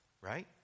right